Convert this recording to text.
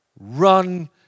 Run